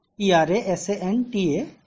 e-r-a-s-a-n-t-a